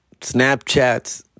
Snapchats